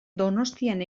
donostian